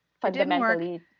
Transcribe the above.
fundamentally